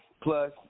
plus